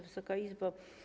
Wysoka Izbo!